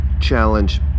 challenge